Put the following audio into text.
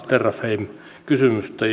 terrafame kysymystä